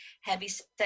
Heavy-set